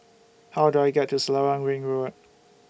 How Do I get to Selarang Ring Road